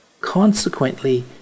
Consequently